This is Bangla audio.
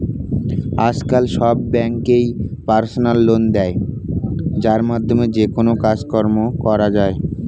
আজকাল সব ব্যাঙ্কই পার্সোনাল লোন দেয় যার মাধ্যমে যেকোনো কাজকর্ম করা যায়